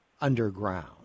underground